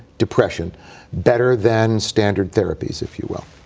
depression better than standard therapies, if you will?